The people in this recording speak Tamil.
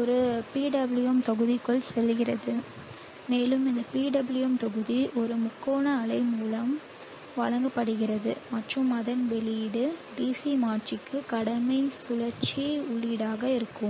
ஒரு PWM தொகுதிக்குள் செல்கிறது மேலும் இந்த PWM தொகுதி ஒரு முக்கோண அலை மூலம் வழங்கப்படுகிறது மற்றும் அதன் வெளியீடு DC மாற்றிக்கு கடமை சுழற்சி உள்ளீடாக இருக்கும்